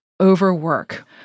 overwork